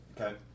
Okay